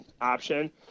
option